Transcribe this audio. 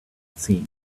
seen